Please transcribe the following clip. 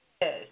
Yes